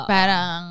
Parang